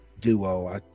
Duo